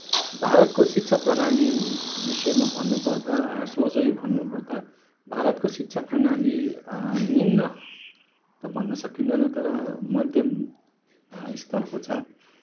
भारतको शिक्षा प्रणालीको विषयमा भन्नुपर्दा सोझै भन्नुपर्दा भारतको शिक्षा प्रणाली निम्न त भन्न सकिँदैन तर मध्यम स्तरको छ